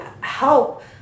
help